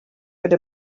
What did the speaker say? could